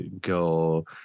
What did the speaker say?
go